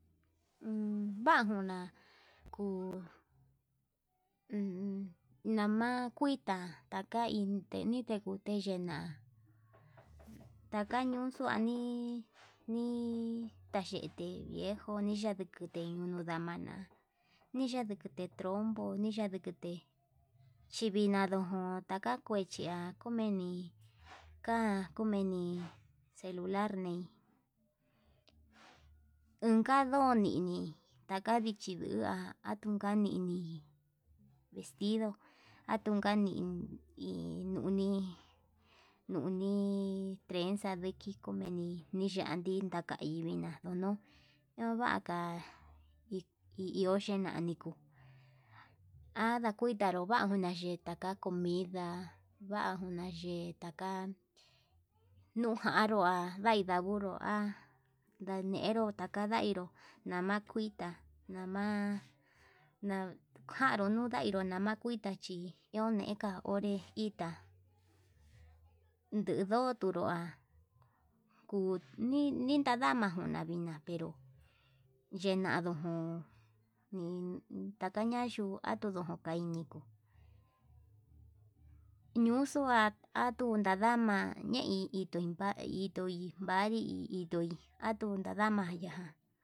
vanguna kuu ummm nama kuita takaine tekue teyena, taka ñuun xuani nii tayete viejo niyanduku teñuna namana niyandukute trompo, niyadukute chiyadono jón taka kuechia komeni ka'a komeni celular nei, unka ndo nini naka ndichi lua'a nunka nini vestido atuka iin nuni, nduni trenza kudiki kumeni nichanka kadivina ndono iho vaka, hi iho chenani kuu andakuitaru vanguna yeta'a taka comida vajuna yeeta nujanrua ha yaí vida bunrua ndañenro taka ndairó, nama kuita nama njanru nudainro nama kuita chi oneka onré itá ndudua tunrua kuu nintadama njuna vina'a pero yenaduu njun nin atukaña yuu atunankai nikuu ñuxua, atuu ñandama nei kudii kai ndui parii induai atuu ndadama yaján.